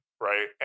right